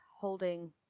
holding